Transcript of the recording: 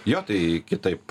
jo tai kitaip